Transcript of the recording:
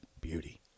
beauty